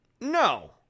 no